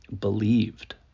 believed